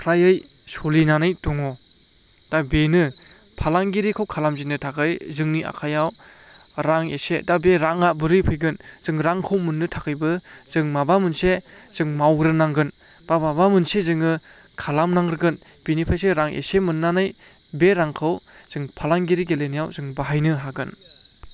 फ्राययै सलिनानै दङ दा बेनो फालांगिरिखौ खालामजेननो थाखाय जोंनि आखायाव रां एसे दा बे राङा बोरै फैगोन जों रांखौ मोननो थाखायबो जों माबा मोनसे जों मावग्रोनांगोन एबा माबा मोनसे जोङो खालामनांग्रोगोन बिनिफ्रायसो रां एसे मोननानै बे रांखौ जों फालांगिरि गेलेनायाव जों बाहायनो हागोन